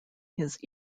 his